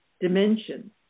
dimension